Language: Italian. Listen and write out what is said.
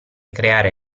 creare